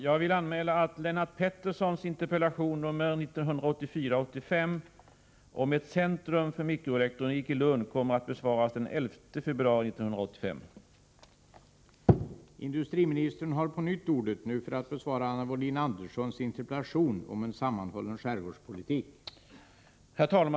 Jag vill meddela att Lennart Petterssons interpellation 1984/85:71 om ett centrum för mikroelektronik i Lund på grund av att interpellanten inte kunde ta emot interpellationssvaret i dag kommer att besvaras den 11 februari 1985.